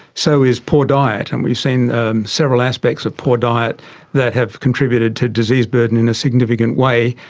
so is poor diet. and we've seen several aspects of poor diet that have contributed to disease burden in a significant way.